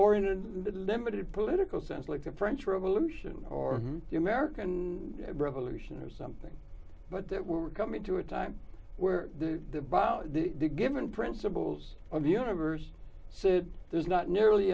the limited political sense like the french revolution or the american revolution or something but that we're coming to a time where the by the given principles of the universe so there's not nearly